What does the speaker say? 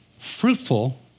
Fruitful